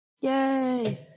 yay